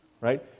right